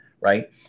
right